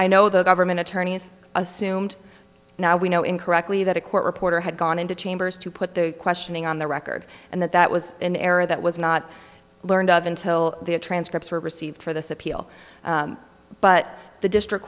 i know the government attorneys assumed now we know incorrectly that a court reporter had gone into chambers to put the questioning on the record and that that was an error that was not learned of until the transcripts were received for this appeal but the district